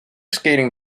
skating